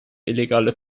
illegale